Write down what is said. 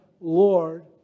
Lord